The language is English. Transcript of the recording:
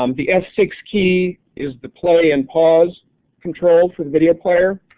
um the f six key is the play and pause control for video player.